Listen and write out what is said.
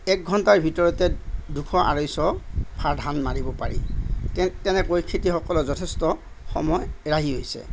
এক ঘণ্টাৰ ভিতৰতে দুশ আঢ়ৈশ ভাৰ ধান মাৰিব পাৰি তেনেকৈ খেতিয়কসকলৰ যথেষ্ট সময় ৰাহি হৈছে